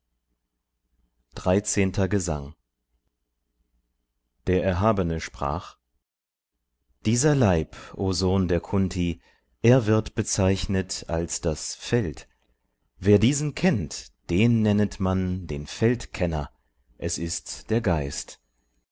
dreizehnter gesang der erhabene sprach dieser leib o sohn der kunt er wird bezeichnet als das feld wer diesen kennt den nennet man den feldkenner es ist der geist